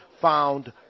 found